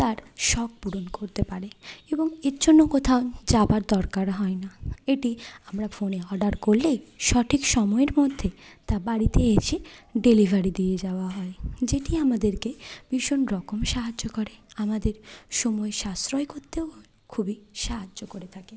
তার শখ পূরণ করতে পারে এবং এর জন্য কোথাও যাবার দরকার হয় না এটি আমরা ফোনে অর্ডার করলেই সঠিক সময়ের মধ্যে তা বাড়িতে এসে ডেলিভারি দিয়ে যাওয়া হয় যেটি আমাদেরকে ভীষণ রকম সাহায্য করে আমাদের সময় সাশ্রয় করতেও খুবই সাহায্য করে থাকে